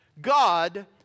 God